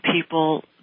people